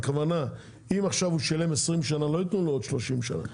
הכוונה אם עכשיו הוא שילם 20 שנה לא יתנו לו עוד 30 שנה.